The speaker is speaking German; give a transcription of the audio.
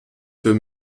für